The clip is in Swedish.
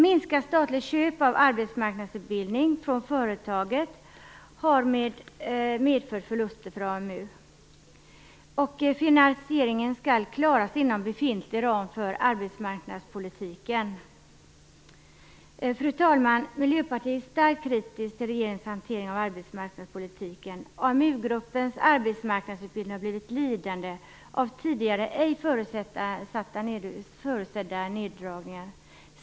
Minskade statliga köp av arbetsmarknadsutbildning från företaget har medfört förlust för Fru talman! Miljöpartiet är starkt kritiskt till regeringens hantering av arbetsmarknadspolitiken. Amugruppens arbetsmarknadsutbildning har blivit lidande av tidigare ej förutsedda neddragningar.